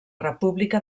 república